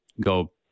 go